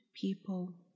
people